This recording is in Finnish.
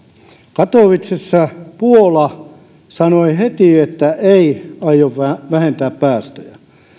katowicessa puola sanoi heti että ei aio vähentää päästöjä